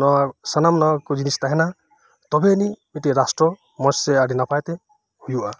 ᱱᱚᱶᱟ ᱥᱟᱱᱟᱢ ᱱᱚᱶᱟ ᱠᱚ ᱡᱤᱱᱤᱥ ᱛᱟᱦᱮᱱᱟ ᱛᱚᱵᱮ ᱟᱹᱱᱤᱡ ᱢᱤᱫ ᱨᱟᱥᱴᱨᱚ ᱟᱹᱰᱤ ᱱᱟᱯᱟᱭ ᱛᱮ ᱦᱳᱭᱳᱜᱼᱟ